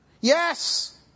Yes